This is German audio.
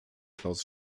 klaus